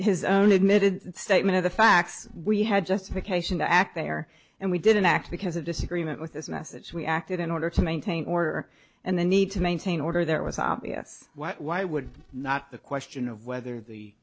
his own admitted statement of the facts we had justification to act there and we didn't act because of disagreement with this message we acted in order to maintain order and the need to maintain order that was obvious why would not the question of whether the